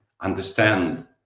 understand